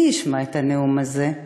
מי ישמע את הנאום הזה?